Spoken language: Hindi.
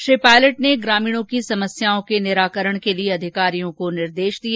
श्री पायलट ने ग्रामीणों की समस्याओं के निराकरण के लिए अधिकारियों को निर्देश दिए